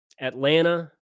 Atlanta